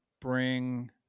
bring